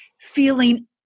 feeling